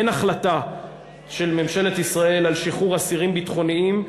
אין החלטה של ממשלת ישראל על שחרור אסירים ביטחוניים,